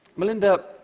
melinda,